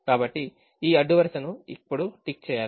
కాబట్టి ఈ అడ్డు వరుసను ఇప్పుడు టిక్ చేయాలి